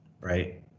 right